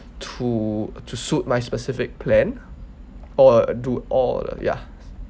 to to suit my specific plan or uh do or ya